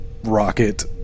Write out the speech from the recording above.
Rocket